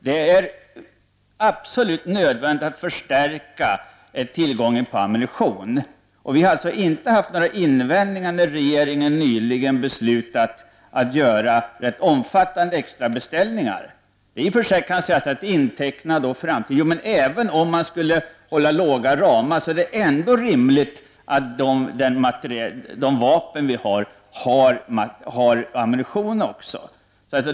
Det är också absolut nödvändigt att förstärka tillgången på ammunition. Vi har därför inte haft några invändningar när regeringen nyligen beslutat att göra rätt omfattande extrabeställningar. Även om man skulle ha låga ramar, är det rimligt att det för de vapen som vi har också finns ammunition.